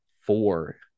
four